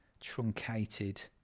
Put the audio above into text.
truncated